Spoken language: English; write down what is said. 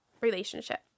relationship